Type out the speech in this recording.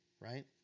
right